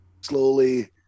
slowly